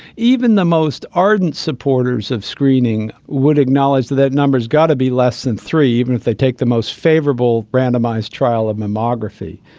even the most ardent supporters of screening would acknowledge that that number has got to be less than three, even if they take the most favourable randomised trial of mammography.